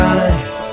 eyes